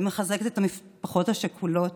ומחזקת את המשפחות השכולות.